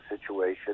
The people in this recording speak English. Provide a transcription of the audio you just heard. situation